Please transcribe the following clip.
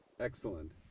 Excellent